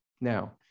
Now